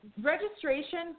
Registration